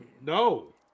No